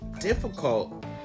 difficult